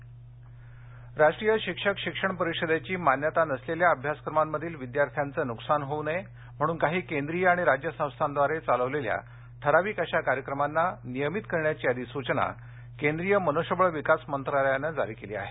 शिक्षकपात्रता राष्ट्रीय शिक्षक शिक्षण परिषदेची मान्यता नसलेल्या अभ्यासक्रमांमधील विद्यार्थ्यांचे नुकसान होऊ नये म्हणून काही केंद्रीय आणि राज्य संस्थांद्वारे चालविलेल्या ठराविक अशा कार्यक्रमांना नियमित करण्याची अधिसूचना केंद्रीय मनुष्यबळ विकास मंत्रालयानं जारी केली आहे